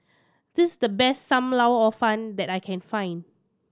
this the best Sam Lau Hor Fun that I can find